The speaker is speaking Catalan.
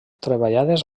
treballades